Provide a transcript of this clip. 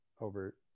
over